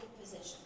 position